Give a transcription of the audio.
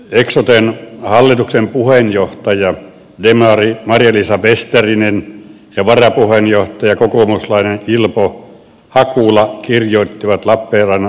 eksoten hallituksen puheenjohtaja demari marja liisa vesterinen ja varapuheenjohtaja kokoomuslainen ilpo hakula kirjoittivat lappeenrannan uutisissa näin